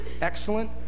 excellent